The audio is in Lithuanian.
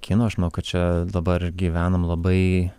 kinų aš manau kad čia dabar gyvenam labai